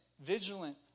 vigilant